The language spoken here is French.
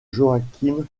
joaquim